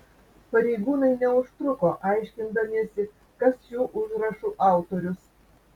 pareigūnai neužtruko aiškindamiesi kas šių užrašų autorius